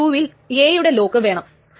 അത് commit dependency എന്നിവ തുടങ്ങും